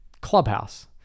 Clubhouse